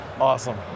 Awesome